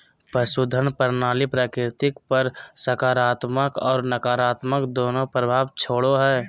पशुधन प्रणाली प्रकृति पर सकारात्मक और नकारात्मक दोनों प्रभाव छोड़ो हइ